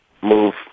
move